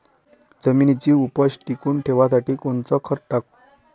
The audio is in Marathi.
जमिनीची उपज टिकून ठेवासाठी कोनचं खत टाकू?